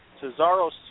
Cesaro